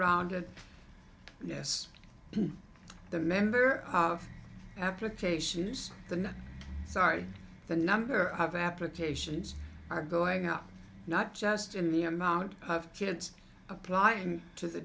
rounded yes the member applications than sorry the number of applications are going up not just in the amount of kids applying to the